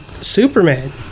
Superman